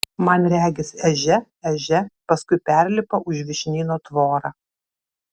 man regis ežia ežia paskui perlipa už vyšnyno tvorą